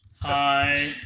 Hi